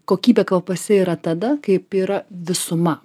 kokybė kvapuose yra tada kaip yra visuma